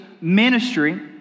ministry